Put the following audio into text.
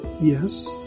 yes